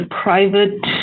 private